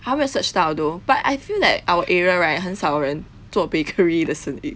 我还没有 search 到 though but I feel that our area right 很少人做 bakery 的生意